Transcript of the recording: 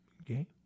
Okay